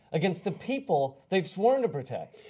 against the people they've sworn to protect.